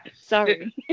Sorry